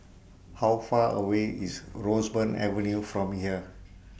How Far away IS Roseburn Avenue from here